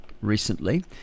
recently